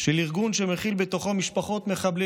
של ארגון שמכיל בתוכו משפחות מחבלים